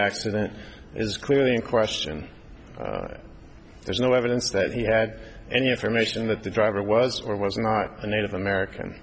accident is clearly in question there's no evidence that he had any information that the driver was or was not a native american